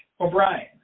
O'Brien